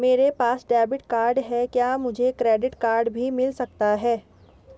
मेरे पास debit card है क्या मुझे क्रेडिट कार्ड भी मिल सकता है?